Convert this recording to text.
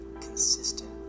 consistent